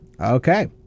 Okay